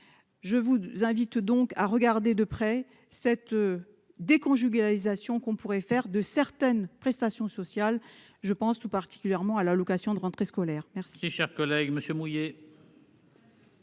Je vous invite donc à regarder de près l'idée d'une déconjugalisation de certaines prestations sociales- je pense tout particulièrement à l'allocation de rentrée scolaire. Très